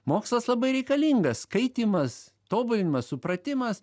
mokslas labai reikalingas skaitymas tobulinimas supratimas